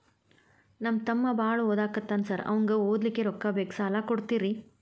ನಮ್ಮ ತಮ್ಮ ಬಾಳ ಓದಾಕತ್ತನ ಸಾರ್ ಅವಂಗ ಓದ್ಲಿಕ್ಕೆ ರೊಕ್ಕ ಬೇಕು ಸಾಲ ಕೊಡ್ತೇರಿ?